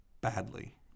badly